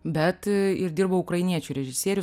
bet ir dirba ukrainiečių režisierius